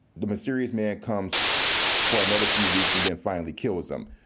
the mysterious man comes for another few weeks and then finally kills him.